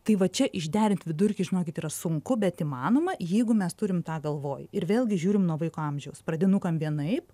tai va čia išderint vidurkį žinokit yra sunku bet įmanoma jeigu mes turim tą galvoje ir vėlgi žiūrim nuo vaiko amžiaus pradinukam vienaip